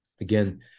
again